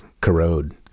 corrode